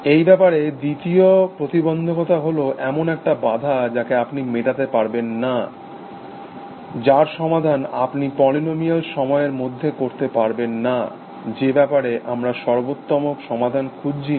এই ব্যাপারে দ্বিতীয় প্রতিবন্ধকতা হল এমন একটা বাধা যাকে আপনি মেটাতে পারবেন না যার সমাধান আপনি পলিনোমিয়াল সময়ের মধ্যে করতে পারবেন না যে ব্যাপারে আমরা সর্বোত্তম সমাধান খুঁজছি না